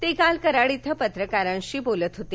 ते काल कराड इथं पत्रकारांशी बोलत होते